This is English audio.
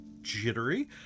jittery